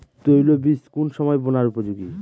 তৈল বীজ কোন সময় বোনার উপযোগী?